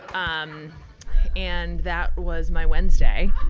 um and that was my wednesday,